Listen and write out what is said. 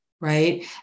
right